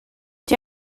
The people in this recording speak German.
die